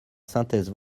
synthèse